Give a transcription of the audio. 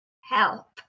help